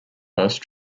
first